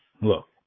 Look